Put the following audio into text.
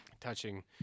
touching